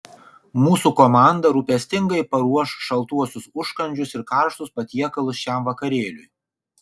mūsų komanda rūpestingai paruoš šaltuosius užkandžius ir karštus patiekalus šiam vakarėliui